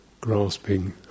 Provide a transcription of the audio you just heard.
grasping